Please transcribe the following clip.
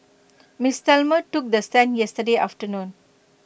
miss Thelma took the stand yesterday afternoon